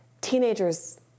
Teenagers